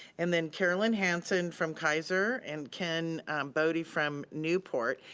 and then carolyn hanson from kaiser, and ken boddy from newport,